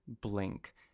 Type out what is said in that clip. blink